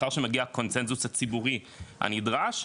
לאחר שמגיע הקונצנזוס הציבורי הנדרש,